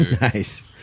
Nice